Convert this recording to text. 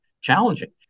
challenging